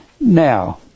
Now